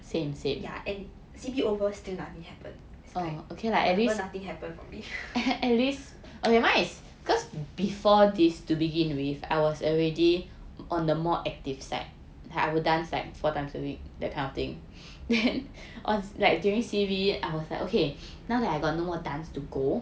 and C_B over still nothing happen it's like forever nothing happen for me